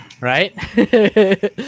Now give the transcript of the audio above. Right